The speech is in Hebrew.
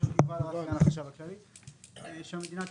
הראה להם